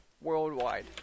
worldwide